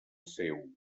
seu